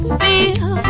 feel